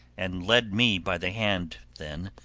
and led me by the hand then,